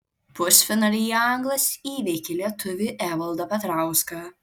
pusfinalyje anglas įveikė lietuvį evaldą petrauską